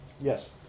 Yes